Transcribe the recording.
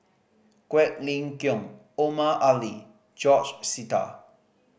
Quek Ling Kiong Omar Ali George Sita